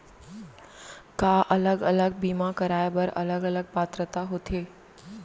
का अलग अलग बीमा कराय बर अलग अलग पात्रता होथे?